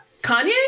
Kanye